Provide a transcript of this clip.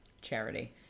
charity